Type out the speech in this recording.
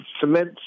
cement